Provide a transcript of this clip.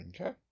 Okay